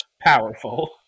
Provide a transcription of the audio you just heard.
powerful